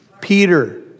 Peter